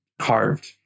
carved